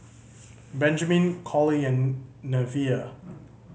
Benjamin Collie and Neveah